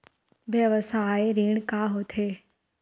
व्यवसाय ऋण का होथे?